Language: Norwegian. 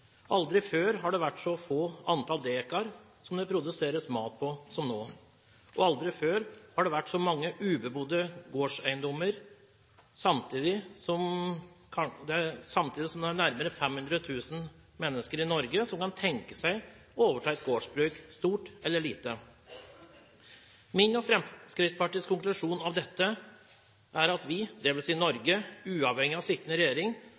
Aldri før har det vært så få antall dekar som det produseres mat på, som nå. Og aldri før har det vært så mange ubebodde gårdseiendommer, samtidig som det er nærmere 500 000 mennesker i Norge som kan tenke seg å overta et gårdsbruk, stort eller lite. Min og Fremskrittspartiets konklusjon på dette er at vi i Norge, uavhengig av sittende